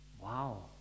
Wow